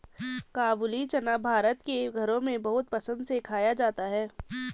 काबूली चना भारत के घरों में बहुत पसंद से खाया जाता है